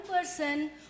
person